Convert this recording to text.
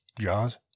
Jaws